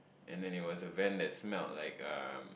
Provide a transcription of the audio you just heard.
and then it was a van that smell like a